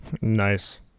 Nice